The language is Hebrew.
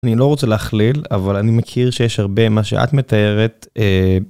אני לא רוצה להכליל, אבל אני מכיר שיש הרבה מה שאת מתארת.